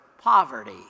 poverty